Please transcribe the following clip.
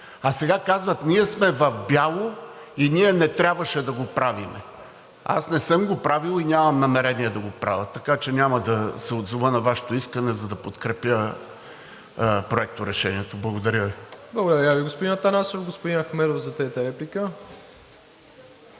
а сега казват: „Ние сме в бяло и ние не трябваше да го правим.“ Аз не съм го правил и нямам намерение да го правя, така че няма да се отзова на Вашето искане, за да подкрепя Проекторешението. Благодаря Ви. ПРЕДСЕДАТЕЛ МИРОСЛАВ ИВАНОВ: Благодаря Ви, господин Атанасов. Господин Ахмедов за трета реплика.